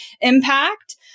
impact